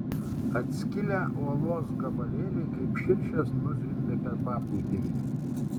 atskilę uolos gabalėliai kaip širšės nuzvimbė per paplūdimį